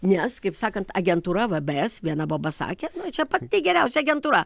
nes kaip sakant agentūra vbs viena boba sakė čia pati geriausia agentūra